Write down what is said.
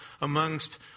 amongst